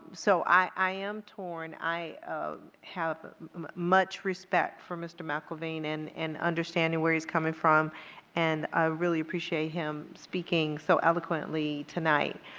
so i am torn. i have much respect for mr. mcelveen and and understanding where he is coming from and i really appreciate him speaking so eloquently tonight.